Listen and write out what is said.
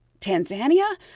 tanzania